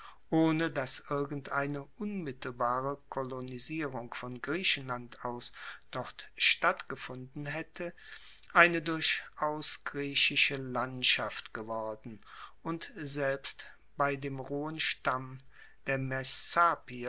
ohne dass irgendeine unmittelbare kolonisierung von griechenland aus dort stattgefunden haette eine durchaus griechische landschaft geworden und selbst bei dem rohen stamm der